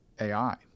AI